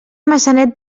maçanet